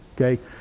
okay